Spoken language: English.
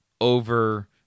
over